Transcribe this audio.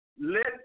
Let